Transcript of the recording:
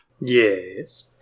Yes